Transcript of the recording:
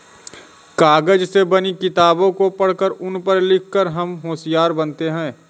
कागज से बनी किताबों को पढ़कर उन पर लिख कर हम होशियार बनते हैं